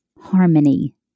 Harmony